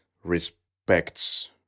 respects